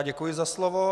Děkuji za slovo.